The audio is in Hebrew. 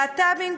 להט"בים,